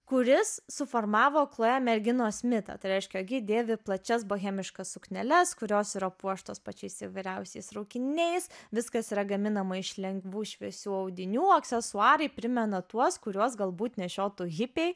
kuris suformavo chloe merginos mitą tai reiškia jog ji dėvi plačias bohemiškas sukneles kurios yra puoštos pačiais įvairiausiais raukiniais viskas yra gaminama iš lengvų šviesių audinių aksesuarai primena tuos kuriuos galbūt nešiotų hipiai